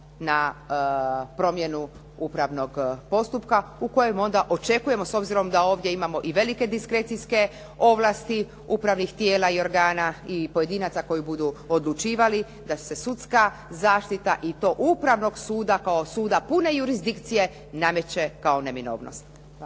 na promjenu upravnog postupka u kojem onda očekujemo, s obzirom da ovdje imamo i velike diskrecijske ovlasti upravnih tijela i organa i pojedinaca koji budu odlučivali, da će se sudska zaštita i to Upravnog suda kao suda pune jurisdikcije nameće kao neminovnost.